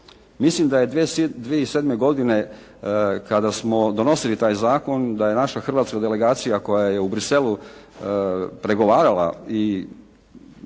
Mislim da je 2007. godine kada smo donosili taj zakon da je naša hrvatska delegacija koja je u Bruxellesu pregovarala ili